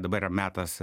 dabar metas